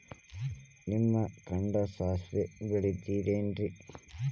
ನಿಮ್ಮ ಕಡೆ ಸಾಸ್ವಿ ಬೆಳಿತಿರೆನ್ರಿ?